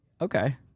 Okay